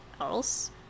else